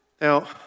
Now